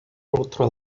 outro